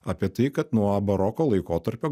apie tai kad nuo baroko laikotarpio